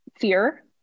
fear